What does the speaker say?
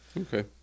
Okay